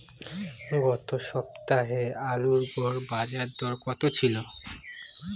গত সপ্তাহে আলুর গড় বাজারদর কত ছিল?